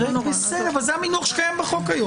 אבל זה המינוח שקיים היום בחוק.